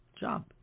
job